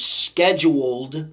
scheduled